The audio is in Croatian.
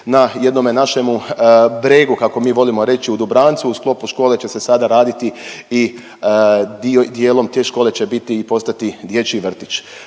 na jednome našemu bregu, kako mi volimo reći, u Dubrancu, u sklopu škole će se sada raditi i, dijelom te škole će biti i postati dječji vrtić.